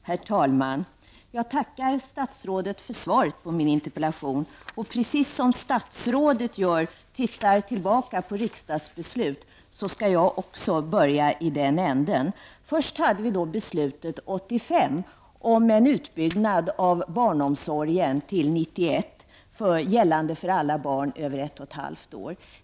Herr talman! Jag tackar statsrådet för svaret på min interpellation och precis som statsrådet skall jag också titta tillbaka på riksdagsbeslut. Först har vi 1985 års beslut om en utbyggnad av barnomsorgen till 1991 att omfatta alla barn över ett och ett halvt år.